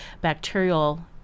bacterial